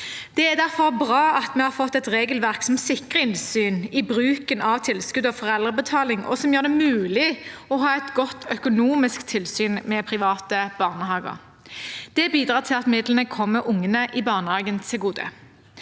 Det er derfor bra at vi har fått et regelverk som sikrer innsyn i bruken av tilskudd og foreldrebetaling, og som gjør det mulig å ha et godt økonomisk tilsyn med private barnehager. Det bidrar til at midlene kommer ungene i barnehagen til gode.